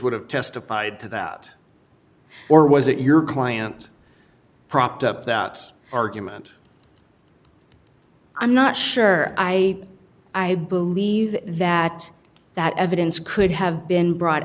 would have testified to that or was it your client propped up that argument i'm not sure i i believe that that evidence could have been brought